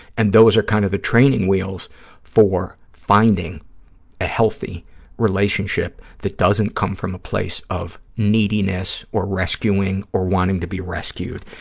and those are kind of the training wheels for finding a healthy relationship that doesn't come from a place of neediness or rescuing or wanting to be rescued,